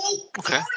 Okay